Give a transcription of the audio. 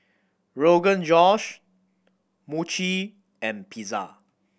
Rogan Josh Mochi and Pizza